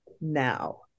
now